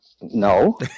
no